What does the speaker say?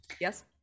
Yes